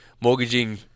mortgaging